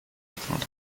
spot